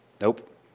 Nope